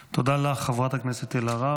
תודה לך, חברת הכנסת אלהרר.